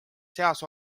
seas